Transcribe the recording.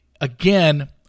again